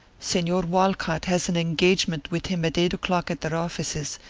senor walcott has an engagement with him at eight o'clock at their offices,